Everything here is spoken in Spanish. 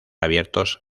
abiertos